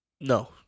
No